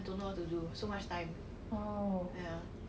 but wait you take eight five four from khatib 几个站 sia